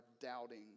doubting